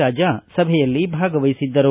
ರಾಜಾ ಸಭೆಯಲ್ಲಿ ಭಾಗವಹಿಸಿದ್ದರು